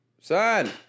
Son